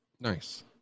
Nice